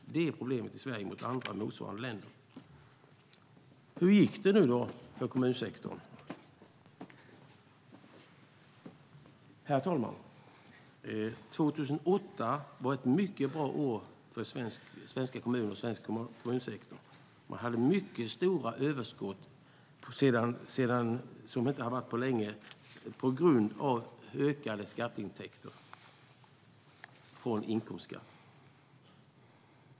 Det är ett problem för Sverige jämfört med andra motsvarande länder. Hur har det då gått för kommunsektorn? År 2008 var ett mycket bra år för svenska kommuner och svensk kommunsektor, herr talman. Man hade mycket stora överskott, som man inte har haft på länge, på grund av ökade skatteintäkter från inkomstskatt.